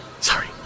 Sorry